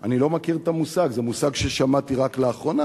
אני לא מכיר את המושג, זה מושג ששמעתי רק לאחרונה.